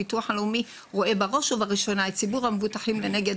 הביטוח הלאומי רואה בראש ובראשונה את ציבור המבוטחים לנגד